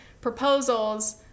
proposals